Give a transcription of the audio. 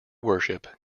worship